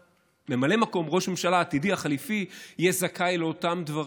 ממלא מקום ראש ממשלה העתידי החלופי יהיה זכאי לאותם דברים,